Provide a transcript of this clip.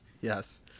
Yes